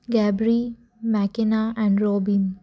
Gabri Macina and robin